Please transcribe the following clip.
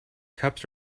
cups